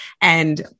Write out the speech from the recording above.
And-